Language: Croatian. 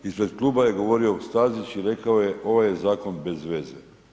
Ispred kluba je govorio Stazić i rekao je ovaj je zakon bezveze.